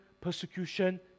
persecution